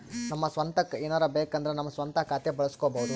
ನಮ್ಮ ಸ್ವಂತಕ್ಕ ಏನಾರಬೇಕಂದ್ರ ನಮ್ಮ ಸ್ವಂತ ಖಾತೆ ಬಳಸ್ಕೋಬೊದು